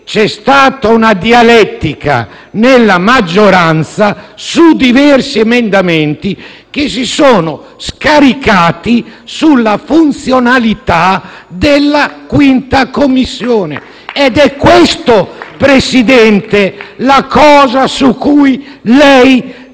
c'è stata una dialettica nella maggioranza su diversi emendamenti che si è scaricata sulla funzionalità della 5a Commissione. È questa, Presidente, la questione su cui lei deve